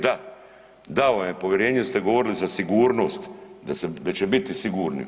Da, dao vam je povjerenje jer ste govorili za sigurnost da će biti sigurni.